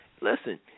Listen